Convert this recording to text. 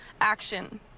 action